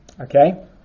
okay